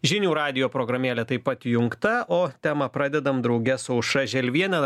žinių radijo programėlė taip pat įjungta o temą pradedam drauge su aušra želviene